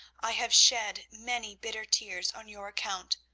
i have shed many bitter tears on your account.